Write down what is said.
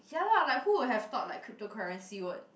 ya lah like who would have thought like cryptocurrency work